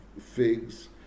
figs